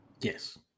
Yes